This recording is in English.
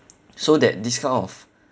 so that this kind of